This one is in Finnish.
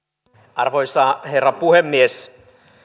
arvoisa herra puhemies